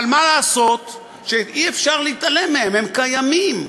אבל מה לעשות שאי-אפשר להתעלם מהם, הם קיימים.